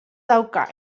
dauka